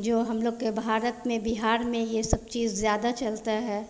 जो हम लोग के भारत में बिहार में यह सब चीज़ ज़्यादा चलता है